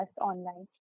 online